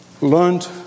learned